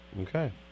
Okay